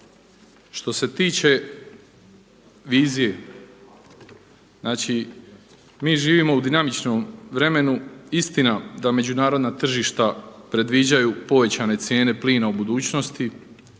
Što se tiče vizije, znači mi živimo u dinamičnom vremenu. Istina da međunarodna tržišta predviđaju povećane cijene plina u budućnosti,